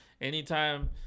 Anytime